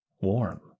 warm